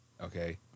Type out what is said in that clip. okay